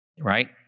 right